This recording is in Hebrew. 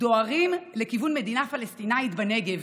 דוהרים לכיוון מדינה פלסטינית בנגב,